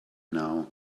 now